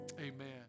amen